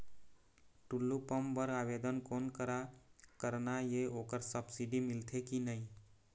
Tullu pump बर आवेदन कोन करा करना ये ओकर सब्सिडी मिलथे की नई?